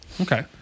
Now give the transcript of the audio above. okay